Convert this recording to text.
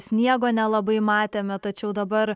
sniego nelabai matėme tačiau dabar